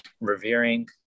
Revering